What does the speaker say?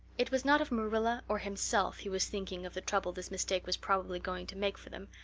it was not of marilla or himself he was thinking of the trouble this mistake was probably going to make for them,